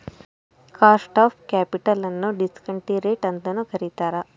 cost of capital ನ್ನು discount rate ಅಂತನು ಕರಿತಾರೆ